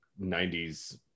90s